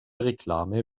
reklame